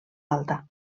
alta